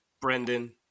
Brendan